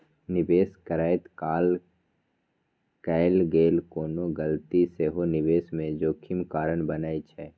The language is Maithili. निवेश करैत काल कैल गेल कोनो गलती सेहो निवेश मे जोखिम कारण बनै छै